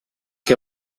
que